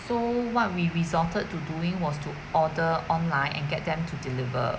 so what we resorted to doing was to order online and get them to deliver